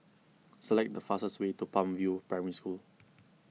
select the fastest way to Palm View Primary School